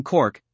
Cork